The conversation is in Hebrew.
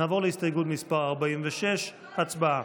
נעבור להסתייגות מס' 43. הצבעה.